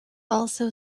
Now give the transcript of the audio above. also